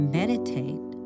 meditate